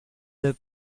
the